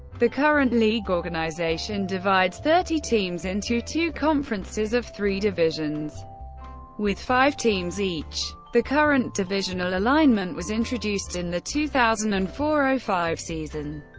the current league organization divides thirty teams into two conferences of three divisions with five teams each. the current divisional alignment was introduced in the two thousand and four five season.